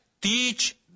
teach